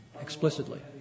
explicitly